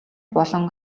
болон